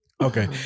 Okay